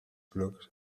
blogs